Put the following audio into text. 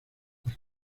las